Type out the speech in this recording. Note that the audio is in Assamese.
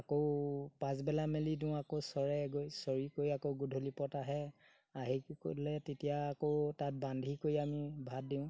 আকৌ পাছবেলা মেলি দিওঁ আকৌ চৰে গৈ চৰি কৰি আকৌ গধূলি পৰত আহে আহি গ'লে তেতিয়া আকৌ তাত বান্ধি কৰি আমি ভাত দিওঁ